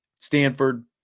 stanford